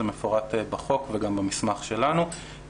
זה מפורט בחוק וגם במסמך שלנו,